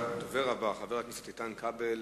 חבר הכנסת איתן כבל,